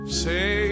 say